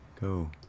go